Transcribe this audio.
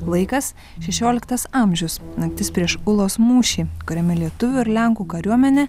laikas šešioliktas amžius naktis prieš ulos mūšį kuriame lietuvių ir lenkų kariuomenė